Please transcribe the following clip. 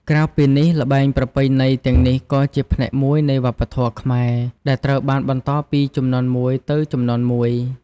ក្រៅពីនេះ ល្បែងប្រពៃណីទាំងនេះក៏ជាផ្នែកមួយនៃវប្បធម៌ខ្មែរ ដែលត្រូវបានបន្តពីជំនាន់មួយទៅជំនាន់មួយ។